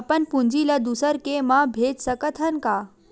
अपन पूंजी ला दुसर के मा भेज सकत हन का?